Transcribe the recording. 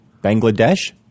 Bangladesh